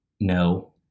no